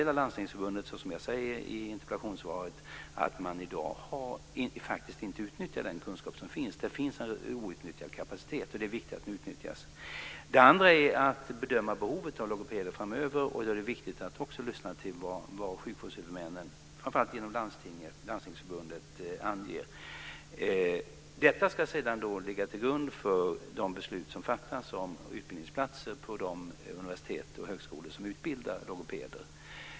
Landstingsförbundet meddelade, som jag säger i interpellationssvaret, att man i dag faktiskt inte utnyttjar den kunskap som finns. Det finns en outnyttjad kapacitet, och det är viktigt att den utnyttjas. Det andra är att bedöma behovet av logopeder framöver. Då är det viktigt att också lyssna till vad sjukvårdshuvudmännen anger, framför allt genom Landstingsförbundet. Detta ska sedan ligga till grund för de beslut som fattas om utbildningsplatser på de universitet och högskolor som utbildar logopeder.